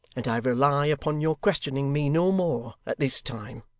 and i rely upon your questioning me no more at this time